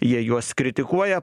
jie juos kritikuoja